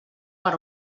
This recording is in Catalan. per